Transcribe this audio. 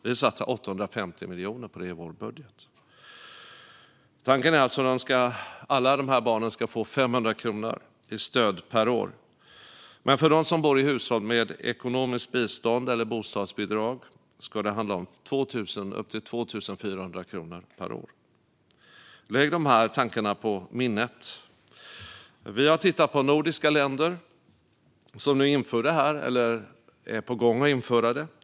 Vi satsar 850 miljoner på det i vår budget. Tanken är att alla de här barnen ska få 500 kronor per år i stöd. För dem som bor i hushåll med ekonomiskt bistånd eller bostadsbidrag ska det handla om upp till 2 400 kronor per år. Lägg de här tankarna på minnet! Vi har tittat på nordiska länder som inför det här eller är på gång att införa det.